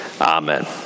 amen